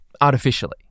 artificially